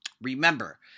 remember